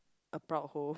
a proud hoe